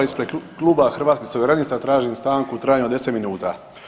Ispred kluba Hrvatskih suverenista tražim stanku u trajanju od 10 minuta.